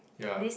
ya